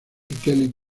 kelly